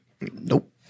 Nope